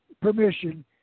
permission